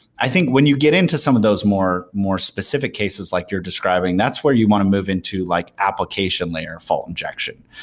i think when you get into some of those more more specific cases like you're describing, that's where you want to move into like application layer, fault injection,